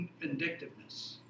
vindictiveness